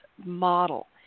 model